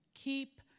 Keep